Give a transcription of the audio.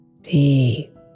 deep